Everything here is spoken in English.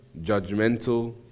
judgmental